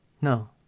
No